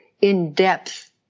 in-depth